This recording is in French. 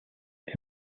est